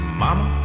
mama